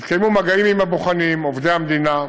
התקיימו מגעים עם הבוחנים עובדי המדינה,